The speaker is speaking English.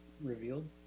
revealed